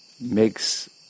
makes